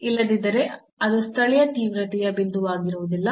ಇಲ್ಲದಿದ್ದರೆ ಅದು ಸ್ಥಳೀಯ ತೀವ್ರತೆಯ ಬಿಂದುವಾಗಿರುವುದಿಲ್ಲ